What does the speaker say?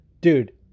Dude